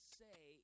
say